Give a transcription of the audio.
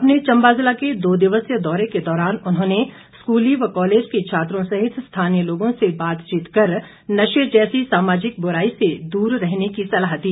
अपने चम्बा जिला के दो दिवसीय दौरे के दौरान उन्होंने स्कूली व कॉलेज के छात्रों सहित स्थानीय लोगों से बातचीत कर नशे जैसी सामाजिक बुराई से दूर रहने की सलाह दी